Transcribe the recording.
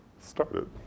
started